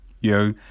yo